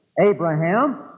Abraham